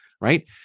right